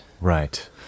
Right